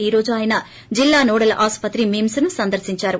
ఈ రోజు ఆయన జిల్లా నోడల్ ఆసుపత్రి మిమ్పీ ను సందర్శించారు